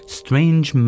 strange